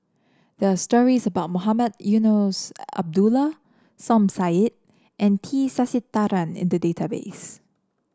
there are stories about Mohamed Eunos Abdullah Som Said and T Sasitharan in the database